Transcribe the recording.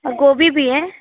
और गोभी भी है